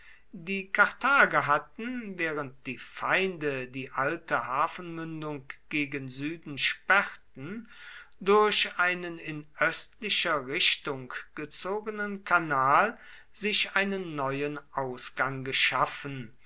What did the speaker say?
die karthager hatten während die feinde die alte hafenmündung gegen süden sperrten durch einen in östlicher richtung gezogenen kanal sich einen neuen ausgang geschaffen